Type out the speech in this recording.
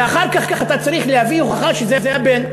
ואחר כך אתה צריך להביא הוכחה שזה הבן.